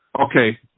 Okay